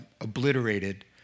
obliterated